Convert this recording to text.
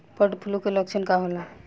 Bird flu के लक्षण का होला?